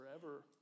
forever